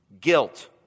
guilt